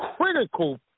critical